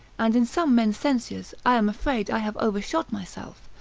and in some men's censures i am afraid i have overshot myself,